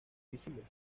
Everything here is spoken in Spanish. visibles